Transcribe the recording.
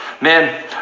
Man